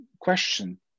question